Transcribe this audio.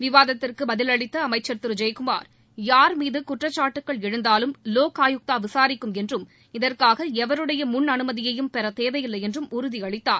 விவாதத்திற்கு பதில் அளித்த அமைச்சர் திரு ஜெயக்குமார் யார் மீது குற்றச்சாட்டுகள் எழுந்தாலும் லோக் ஆயுக்தா விசாரிக்கும் என்றும் இதற்காக எவருடைய முன் அனுமதியையும் பெற தேவையில்லை என்றும் உறுதி அளித்தார்